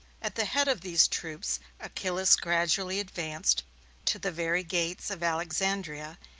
at the head of these troops achillas gradually advanced to the very gates of alexandria,